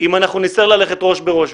אם אנחנו נצטרך ללכת ראש בראש.